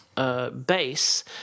Base